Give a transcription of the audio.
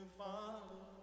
follow